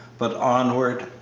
but onward,